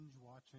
watching